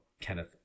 Kenneth